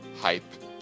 hype